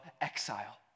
exile